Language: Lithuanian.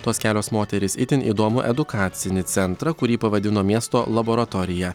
tos kelios moterys itin įdomų edukacinį centrą kurį pavadino miesto laboratorija